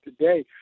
today